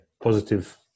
positive